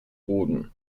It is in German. boden